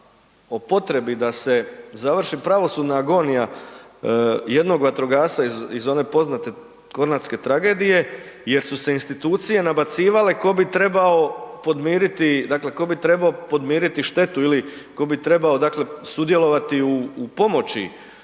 o potrebi da se završi pravosudna agonija jednog vatrogasca iz one poznate Kornatske tragedije jer su se institucije nabacivale tko bi trebao podmiriti, dakle ko bi trebao podmiriti štetu